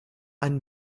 einen